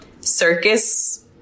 circus